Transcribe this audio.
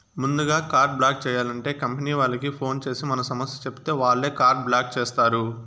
ముందుగా card block చేయాలంటే company వాళ్లకి ఫోన్ చేసి మన సమస్య చెప్పితే వాళ్లే కార్డు బ్లాక్ చేస్తారు